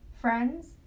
friends